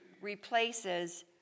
replaces